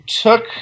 took